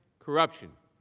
corruption.